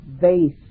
base